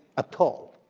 a toll